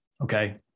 Okay